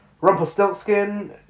Rumpelstiltskin